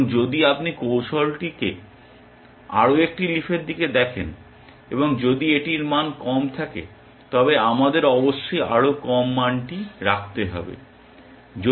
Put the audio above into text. এবং যদি আপনি কৌশলটিতে আরও একটি লিফের দিকে দেখেন এবং যদি এটির মান কম থাকে তবে আমাদের অবশ্যই আরো কম মানটি রাখতে হবে